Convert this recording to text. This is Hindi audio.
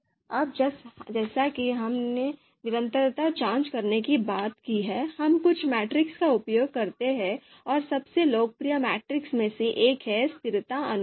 अब जैसा कि हमने निरंतरता जांच करने के बारे में बात की है हम कुछ मैट्रिक्स का उपयोग करते हैं और सबसे लोकप्रिय मैट्रिक्स में से एक है स्थिरता अनुपात